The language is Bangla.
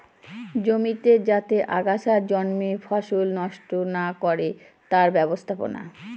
জমিতে যাতে আগাছা জন্মে ফসল নষ্ট না করে তার ব্যবস্থাপনা